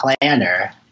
planner